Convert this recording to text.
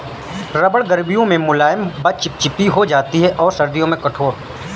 रबड़ गर्मियों में मुलायम व चिपचिपी हो जाती है और सर्दियों में कठोर